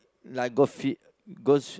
like go fit goes uh